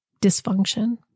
dysfunction